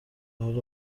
حالا